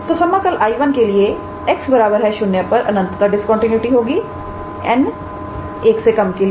तो समाकल 𝐼1 के लिए x 0 पर अनंतता डिस्कंटीन्यूटी होगी 𝑛 1 के लिए